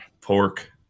pork